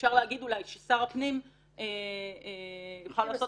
אפשר להגיד אולי ששר הפנים יוכל לעשות